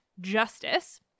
justice